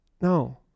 No